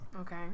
Okay